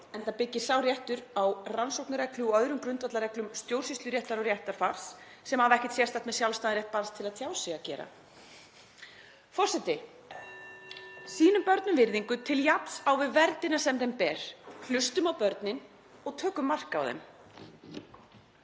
enda byggist sá réttur á rannsóknarreglu og öðrum grundvallarreglum stjórnsýsluréttar og réttarfars sem hafa ekkert sérstakt með sjálfstæðan rétt barns til að tjá sig að gera. Forseti. Sýnum börnum virðingu til jafns á við verndina sem þeim ber. Hlustum á börnin og tökum mark á þeim.